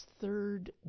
third